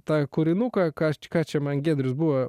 tą kūrinuką kas čia ką čia man giedrius buvo